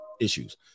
issues